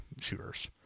shooters